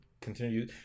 continue